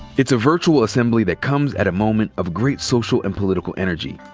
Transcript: it's a virtual assembly that comes at a moment of great social and political energy.